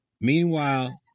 Meanwhile